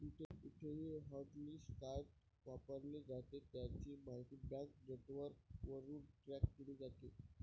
कुठेही hotlist card वापरले जाते, त्याची माहिती बँक नेटवर्कवरून ट्रॅक केली जाते